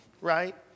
right